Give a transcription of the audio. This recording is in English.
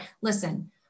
listen